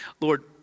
Lord